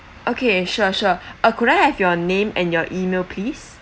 okay sure sure uh could I have your name and your email please